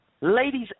Ladies